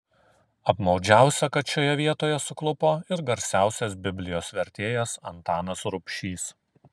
apmaudžiausia kad šioje vietoje suklupo ir garsiausias biblijos vertėjas antanas rubšys